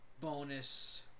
bonus